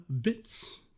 bits